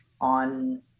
on